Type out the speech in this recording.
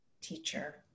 teacher